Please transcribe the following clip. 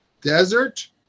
desert